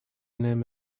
name